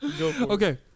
Okay